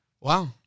Wow